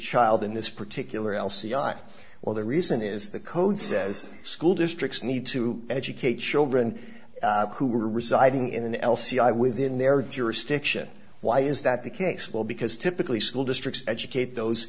child in this particular l c i well the reason is the code says school districts need to educate children who are residing in an l c i within their jurisdiction why is that the case well because typically school districts educate those